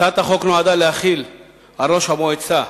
נועדה להחיל על ראש המועצה,